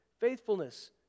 faithfulness